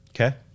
Okay